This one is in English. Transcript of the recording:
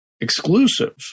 exclusive